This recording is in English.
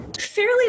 fairly